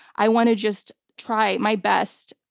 i want to just try my best,